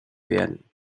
werden